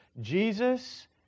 Jesus